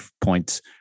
points